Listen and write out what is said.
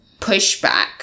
pushback